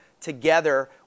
together